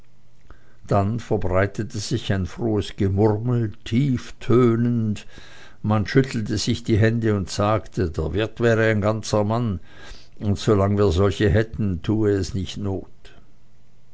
dann verbreitete sich ein frohes gemurmel tief tönend man schüttelte sich die hände und sagte der wirt wäre ein ganzer mann und solange wir solche hätten tue es nicht not